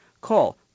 call